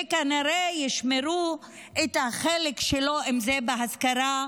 וכנראה ישמרו את החלק שלו, אם זה בהשכרה,